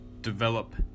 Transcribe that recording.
develop